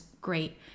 great